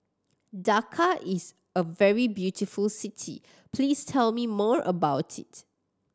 Dakar is a very beautiful city please tell me more about it